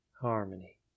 harmony